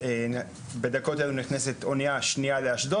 בדקות אלה נכנסת אוניה שניה לאשדוד